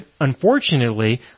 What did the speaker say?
unfortunately